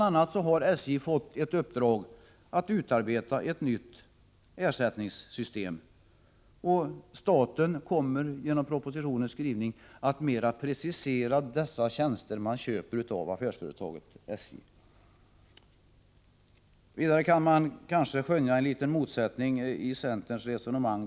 a. har SJ fått i uppdrag att utarbeta ett nytt ersättningssystem, och staten kommer genom propositionens skrivning att mer precisera de tjänster som köps av affärsföretaget SJ. Vidare kan man kanske skönja en liten motsättning i centerns resonemang.